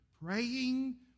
praying